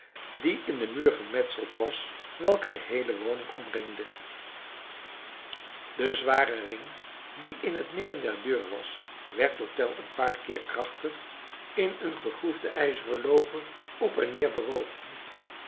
die in den muur gemetseld was welke de heele woning omringde de zware ring die in het midden der deur was werd door tell een paar keer krachtig in een gegroefden ijzeren looper op en neer bewogen